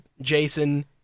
Jason